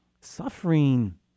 suffering